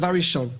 דבר ראשון,